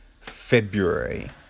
February